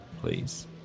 please